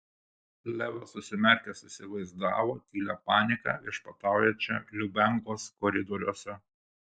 levas užsimerkęs įsivaizdavo tylią paniką viešpataujančią lubiankos koridoriuose